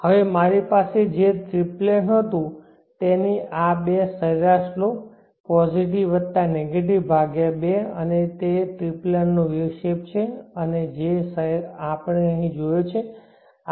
હવે મારે પાસે જે ટ્રિપલેન હતું તે આ બે ની સરેરાશ લો પોઝિટિવ વત્તા નેગેટિવ ભાગ્યા બે અને તે ટ્રિપલેન વેવ શેપ છે જે આપણે અહીં જોયો છે